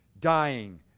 Dying